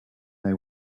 they